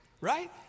right